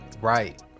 Right